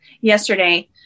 yesterday